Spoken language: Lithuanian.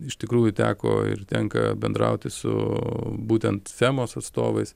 iš tikrųjų teko ir tenka bendrauti su būtent temos atstovais